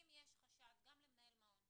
או שבעצם האישור הזה יכול בעתיד להרחיב רק